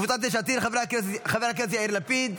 קבוצת סיעת יש עתיד: חבר הכנסת יאיר לפיד,